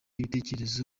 ibitekerezo